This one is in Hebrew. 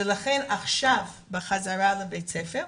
לכן עכשיו בחזרה לבית הספר,